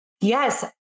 Yes